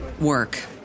work